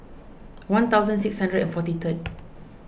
one thousand six hundred and forty third